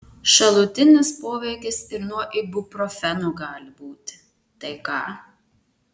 šalutinis poveikis ir nuo ibuprofeno gali būti tai ką